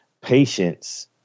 patience